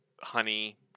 honey